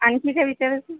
आणखी काय विचारायचं